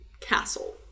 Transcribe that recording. castle